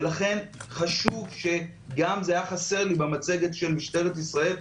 גם זה היה חסר לי במצגת של משטרת ישראל,